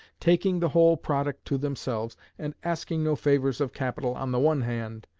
taking the whole product to themselves, and asking no favors of capital on the one hand,